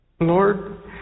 Lord